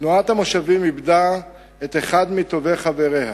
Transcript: תנועת המושבים איבדה אחד מטובי חבריה,